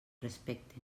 respecten